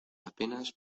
apenas